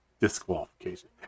Disqualification